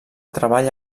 treball